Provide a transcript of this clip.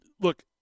look